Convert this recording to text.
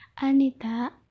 Anita